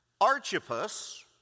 Archippus